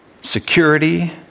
security